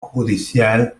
judicial